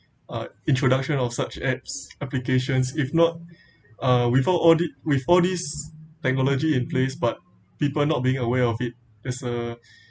uh introduction of such apps applications if not uh without all the with all this technology in place but people not being aware of it is a